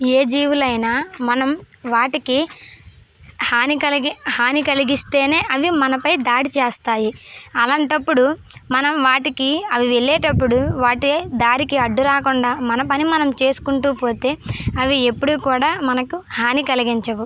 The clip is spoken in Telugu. ఏ జీవులైన మనం వాటికి హాని కలిగి హాని కలిగిస్తేనే అవి మనపై దాడి చేస్తాయి అలాంటప్పుడు మనం వాటికి అవి వెళ్ళేటప్పుడు వాటి దారికి అడ్డు రాకుండా మన పని మనం చేసుకుంటూ పోతే అవి ఎప్పుడు కూడా మనకు హాని కలిగించవు